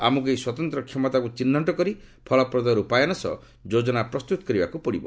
ଆମକୁ ଏହି ସ୍ୱତନ୍ତ୍ର କ୍ଷମତାକୁ ଚିହ୍ନଟ କରି ଫଳପ୍ରଦ ରୂପାୟନ ସହ ଯୋଜନା ପ୍ରସ୍ତୁତ କରିବ